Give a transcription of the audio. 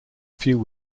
few